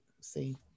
see